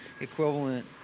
equivalent